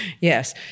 yes